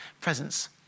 presence